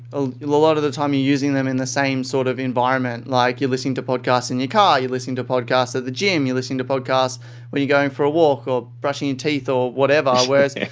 you know a lot of the time, you're using them in the same sort of environment. like you're listening to podcast in your car, you're listening to podcast at the gym, you're listening to podcast when you're going for a walk or brushing your teeth or whatever. whereas,